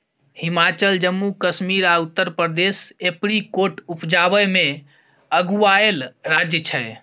हिमाचल, जम्मू कश्मीर आ उत्तर प्रदेश एपरीकोट उपजाबै मे अगुआएल राज्य छै